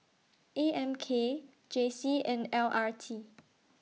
A M K J C and L R T